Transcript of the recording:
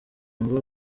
ngo